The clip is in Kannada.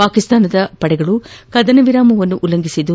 ಪಾಕಿಸ್ತಾನದ ಪಡೆಗಳು ಕದನ ವಿರಾಮ ಉಲ್ಲಂಘಿಸಿದ್ದು